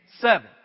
Seven